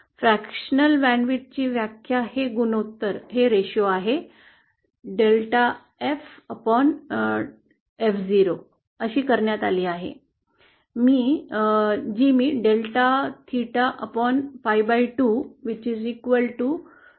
अंशतः बँडरुंदी ची व्याख्या हे गुणोत्तरdelta ffo अशी करण्यात आली आहे जी मी delta theta pi2 2pi2 theta m pi2 आहे